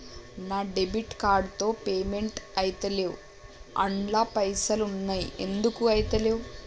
నా debit card తో payment ఐతలేవ్ అండ్ల పైసల్ ఉన్నయి ఎందుకు ఐతలేవ్?